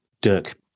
Dirk